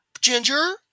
Ginger